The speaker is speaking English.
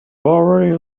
already